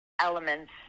elements